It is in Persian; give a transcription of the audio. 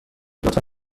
لطفا